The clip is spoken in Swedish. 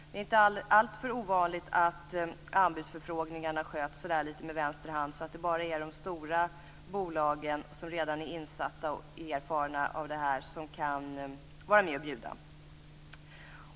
Det är inte alltför ovanligt att anbudsförfrågningarna sköts lite med vänsterhand, så att det bara är de stora bolagen som redan är insatta och erfarna som kan vara med och bjuda.